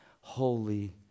holy